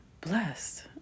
blessed